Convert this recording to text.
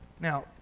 Now